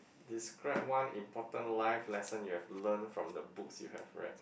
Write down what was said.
describe one important life lesson you have learned from the books you have read